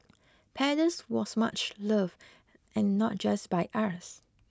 Paddles was much loved and not just by us